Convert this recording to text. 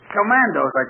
Commandos